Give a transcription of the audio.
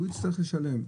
הוא יצטרך לשלם,